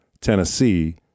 Tennessee